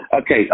Okay